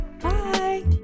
bye